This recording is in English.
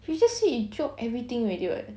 it just say you drop everything already [what]